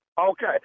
Okay